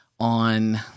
on